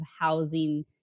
housing